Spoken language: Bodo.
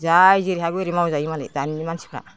जाय जेरै हायो एरै मावजायो मालाय दानि मानसिफ्रा